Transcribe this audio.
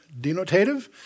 denotative